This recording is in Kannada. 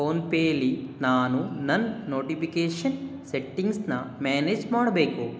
ಪೋನ್ ಪೇಲಿ ನಾನು ನನ್ನ ನೋಟಿಫಿಕೇಷನ್ ಸೆಟ್ಟಿಂಗ್ಸ್ನ ಮ್ಯಾನೇಜ್ ಮಾಡಬೇಕು